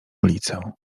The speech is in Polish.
ulicę